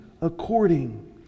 according